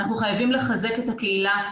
אנחנו חייבים לחזק את הקהילה,